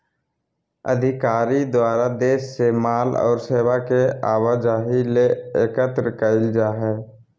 अधिकारी द्वारा देश से माल और सेवा के आवाजाही ले एकत्र कइल जा हइ